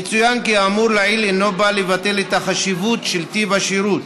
יצוין כי האמור לעיל אינו בא לבטל את החשיבות של טיב השירות,